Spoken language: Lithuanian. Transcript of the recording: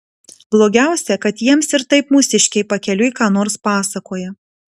blogiausia kad jiems ir taip mūsiškiai pakeliui ką nors pasakoja